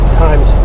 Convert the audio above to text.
times